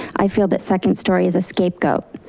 i feel that second story is a scapegoat.